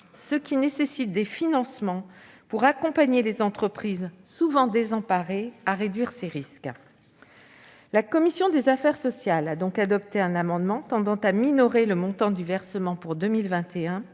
ce qui nécessite des financements pour accompagner les entreprises, souvent désemparées, afin qu'elles puissent réduire ces risques. La commission des affaires sociales a donc adopté un amendement qui tend à minorer le montant du versement pour 2021